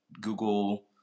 Google –